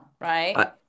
right